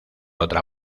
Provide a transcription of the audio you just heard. otra